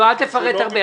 לא, אל תפרט הרבה.